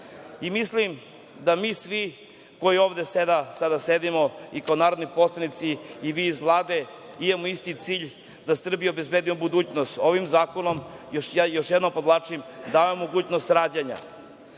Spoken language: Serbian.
Mislim da mi svi koji ovde sada sedimo i kao narodni poslanici i vi iz Vlade imamo isti cilj da Srbiji obezbedimo budućnost. Ovim zakonom još jednom podvlačim, dajemo mogućnost rađanja. Danas